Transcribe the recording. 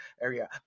area